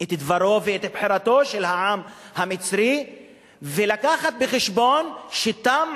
את דברו ואת בחירתו של העם המצרי ולהביא בחשבון שתם